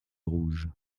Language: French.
rouges